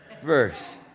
verse